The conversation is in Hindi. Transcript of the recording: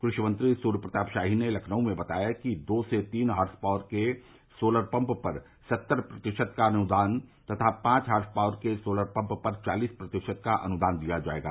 कृषि मंत्री सूर्यप्रताप शाही ने लखनऊ में बताया कि दो से तीन हार्स पॉवर के सोलर पम्प पर सत्तर प्रतिशत का अनुदान तथा पांव हार्स पॉवर के सोलर पम्प पर चालीस प्रतिशत का अनुदान दिया जायेगा